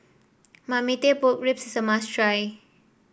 Marmite Pork Ribs is a must try